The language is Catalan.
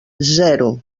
zero